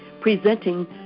presenting